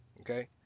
Okay